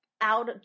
out